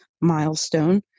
milestone